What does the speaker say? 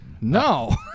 No